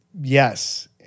Yes